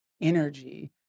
energy